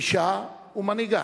אשה ומנהיגה,